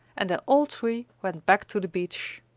and they all three went back to the beach.